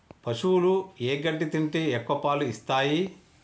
పశువులు ఏ గడ్డి తింటే ఎక్కువ పాలు ఇస్తాయి?